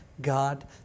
God